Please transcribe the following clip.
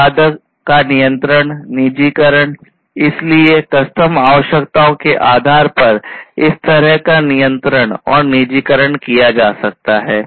उत्पाद का नियंत्रण निजीकरण इसलिए कस्टम आवश्यकताओं के आधार पर इस तरह का नियंत्रण और निजीकरण किया जा सकता है